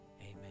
Amen